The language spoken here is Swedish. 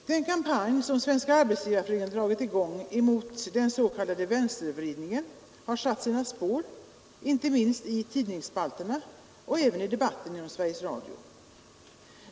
Den kampanj som Svenska arbetsgivareföreningen dragit i gång mot den s.k. vänstervridningen har satt sina spår, inte minst i tidningsspalterna och i debatten inom Sveriges Radio.